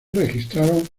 registraron